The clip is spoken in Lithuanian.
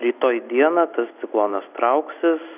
rytoj dieną tas ciklonas trauksis